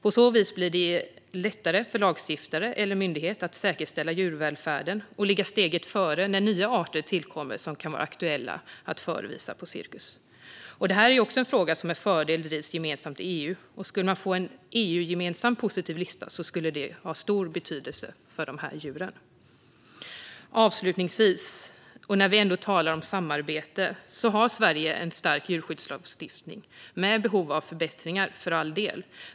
På så vis blir det lättare för lagstiftare eller myndighet att säkerställa djurvälfärden och ligga steget före när nya arter tillkommer som kan vara aktuella att förevisa på cirkus. Det här är en fråga som också med fördel drivs gemensamt i EU. Skulle man få en EU-gemensam positiv lista skulle det ha stor betydelse för djuren. Avslutningsvis, när vi ändå talar om samarbete, har Sverige en stark djurskyddslagstiftning, för all del i behov av förbättringar.